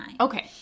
Okay